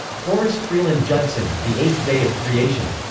horace freeland judson, the eighth day of creation.